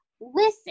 listen